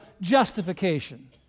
justification